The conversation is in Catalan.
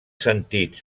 sentits